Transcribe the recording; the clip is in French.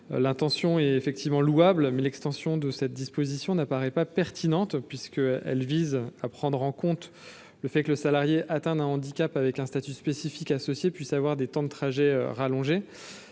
l’intention est louable, l’extension de cette disposition n’apparaît pas pertinente. En effet, cette mesure vise à prendre en compte le fait que le salarié atteint d’un handicap, avec un statut spécifique associé, puisse avoir des temps de trajet rallongés.